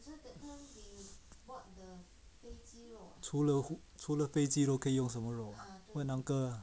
除了除了非肌肉可以用什么肉 then the uncle